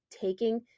taking